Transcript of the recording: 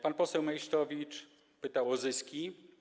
Pan poseł Meysztowicz pytał o zyski.